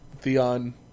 Theon